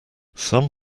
some